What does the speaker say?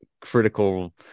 critical